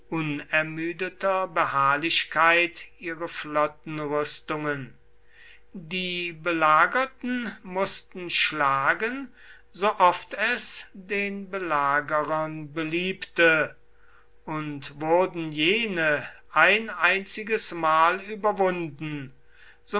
unermüdeter beharrlichkeit ihre flottenrüstungen die belagerten mußten schlagen so oft es den belagerern beliebte und wurden jene ein einziges mal überwunden